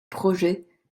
projet